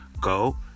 Go